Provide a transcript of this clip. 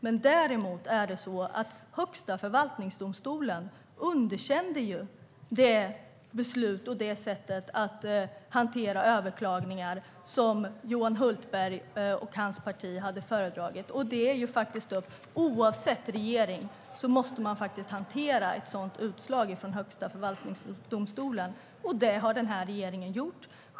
Men däremot underkände Högsta förvaltningsdomstolen beslutet om sättet att hantera överklaganden som Johan Hultberg och hans parti hade föredragit. Oavsett regering måste man faktiskt hantera ett sådant utslag från Högsta förvaltningsdomstolen. Det har den här regeringen gjort.